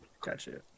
Gotcha